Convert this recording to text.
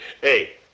Hey